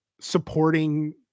supporting